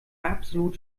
absolut